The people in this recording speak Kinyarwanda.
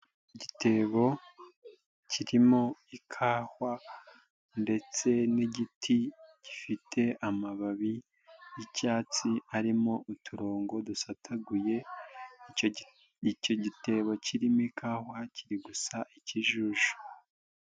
Igitebo kirimo ikahwa ndetse n'igiti gifite amababi y'icyatsi arimo uturongo dusataguye, icyo gitebo kirimo ikawa kiri gusa ikijuju.